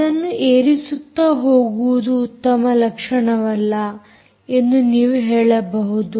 ಅದನ್ನು ಏರಿಸುತ್ತಾ ಹೋಗುವುದು ಉತ್ತಮ ಲಕ್ಷಣವಲ್ಲ ಎಂದು ನೀವು ಹೇಳಬಹುದು